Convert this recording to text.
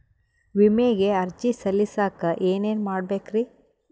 ವಿಮೆಗೆ ಅರ್ಜಿ ಸಲ್ಲಿಸಕ ಏನೇನ್ ಮಾಡ್ಬೇಕ್ರಿ?